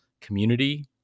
community